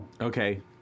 okay